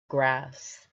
grass